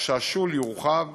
שבו השול יורחב